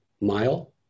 mile